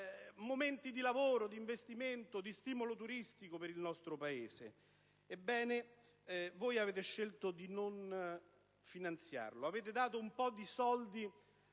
momenti di lavoro, di investimento, di stimolo turistico per il nostro Paese. Ebbene, voi avete scelto di non finanziarla. Avete dato un po' di soldi